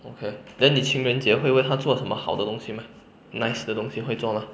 okay then 你情人节会为她做什么好的东西 meh nice 的东西会做 mah